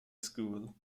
school